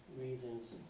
reasons